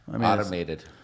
Automated